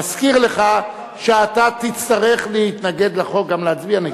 מזכיר לך שאתה תצטרך להתנגד לחוק, גם להצביע נגדו.